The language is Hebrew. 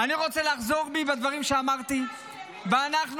אני רוצה לחזור בי מהדברים שאמרתי.